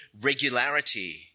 regularity